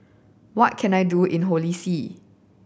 what can I do in Holy See